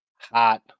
hot